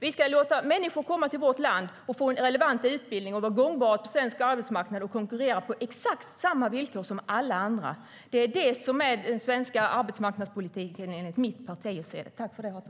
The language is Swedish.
Vi ska låta människor komma till vårt land, få en relevant utbildning, vara gångbara på svensk arbetsmarknad och konkurrera på exakt samma villkor som alla andra. Det är den svenska arbetsmarknadspolitiken enligt mitt partis sätt att se det.